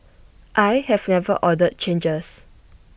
I have never ordered changes